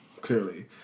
Clearly